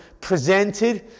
presented